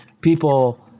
people